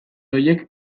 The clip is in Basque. horiek